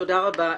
תודה רבה.